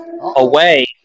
away